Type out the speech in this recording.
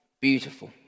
beautiful